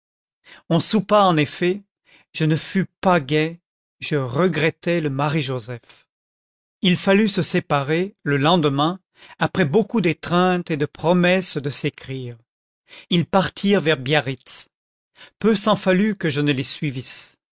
on soupa en effet je ne fus pas gai je regrettais le marie joseph il fallut se séparer le lendemain après beaucoup d'étreintes et de promesses de s'écrire ils partirent vers biarritz peu s'en fallut que je ne les suivisse